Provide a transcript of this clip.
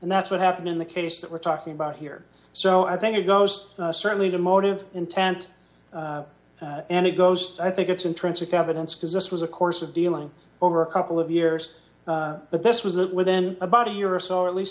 and that's what happened in the case that we're talking about here so i think it goes certainly to motive intent and it goes i think it's intrinsic evidence because this was a course of dealing over a couple of years but this was it within about a year or so at least